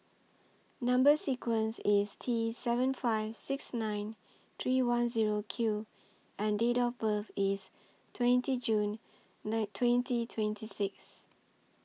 Number sequence IS T seven five six nine three one Zero Q and Date of birth IS twenty June twenty twenty six